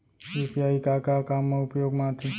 UPI का का काम मा उपयोग मा आथे?